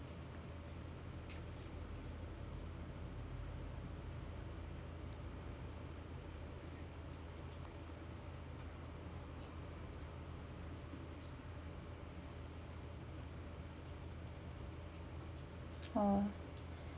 uh